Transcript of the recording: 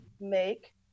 make